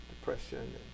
depression